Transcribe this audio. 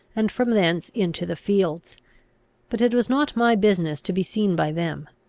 and from thence into the fields but it was not my business to be seen by them.